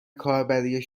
کاربری